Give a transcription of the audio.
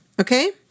Okay